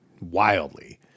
wildly